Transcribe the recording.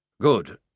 Good